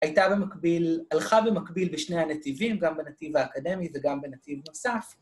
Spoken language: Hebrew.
הייתה במקביל, הלכה במקביל בשני הנתיבים, גם בנתיב האקדמי וגם בנתיב נוסף.